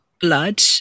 blood